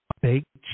baked